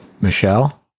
Michelle